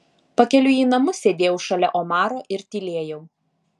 pakeliui į namus sėdėjau šalia omaro ir tylėjau